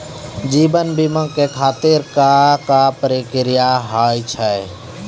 जीवन बीमा के खातिर का का प्रक्रिया हाव हाय?